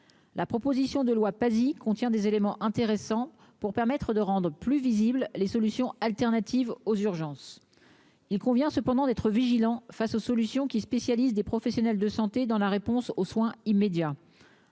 la proposition de loi Pasi contient des éléments intéressants pour permettre de rendre plus visible, les solutions alternatives aux urgences, il convient cependant d'être vigilant face aux solutions qui spécialiste des professionnels de santé dans la réponse aux soins immédiats